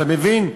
אתה מבין?